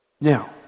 Now